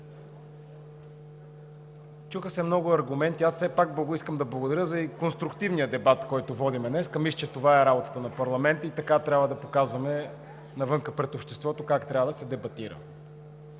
Чуха се много аргументи. Все пак искам да благодаря за конструктивния дебат, който водим днес. Мисля, че това е работата на парламента и така трябва да показваме пред обществото как трябва да се дебатира.